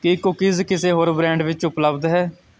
ਕੀ cookies ਕਿਸੇ ਹੋਰ brand ਵਿੱਚ ਉਪਲੱਬਧ ਹੈ